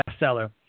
bestseller